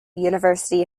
university